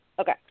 Okay